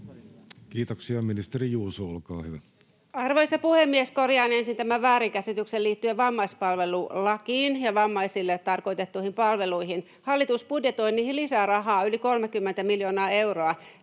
sd) Time: 16:21 Content: Arvoisa puhemies! Korjaan ensin tämän väärinkäsityksen liittyen vammaispalvelulakiin ja vammaisille tarkoitettuihin palveluihin: Hallitus budjetoi niihin lisää rahaa yli 30 miljoonaa euroa